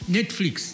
Netflix